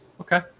Okay